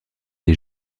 les